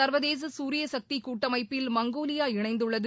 சர்வதேச சூரிய சக்தி கூட்டமைப்பில் மங்கோலியா இணைந்துள்ளது